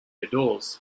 adores